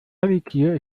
palikir